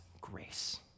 grace